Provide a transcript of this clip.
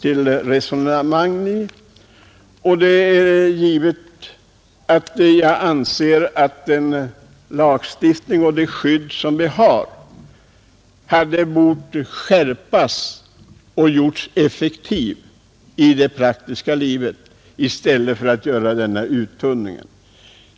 Jag anser att den lagstiftning som vi har bör skärpas och skyddet göras mera effektivt i det praktiska livet i stället för att uttunnas.